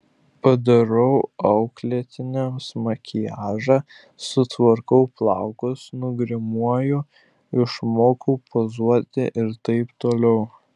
padarau auklėtiniams makiažą sutvarkau plaukus nugrimuoju išmokau pozuoti ir taip toliau